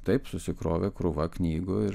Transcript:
taip susikrovė krūvą knygų ir